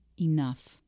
enough